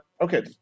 okay